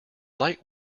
light